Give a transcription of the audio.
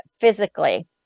physically